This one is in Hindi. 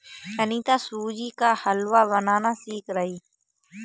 अनीता सूजी का हलवा बनाना सीख रही है